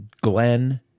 Glenn